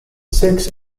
six